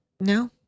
No